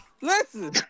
listen